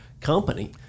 company